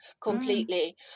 completely